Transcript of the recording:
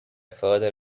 further